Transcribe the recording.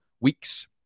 weeks